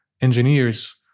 engineers